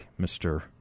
Mr